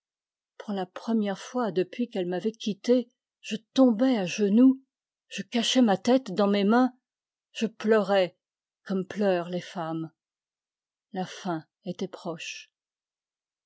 pour la première fois depuis qu'elle m'avait quitté je tombai à genoux je cachai ma tête dajis mes mains je pleurai comme pleurent les femmes la fin était proche